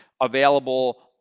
available